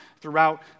throughout